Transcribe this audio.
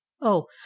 Oh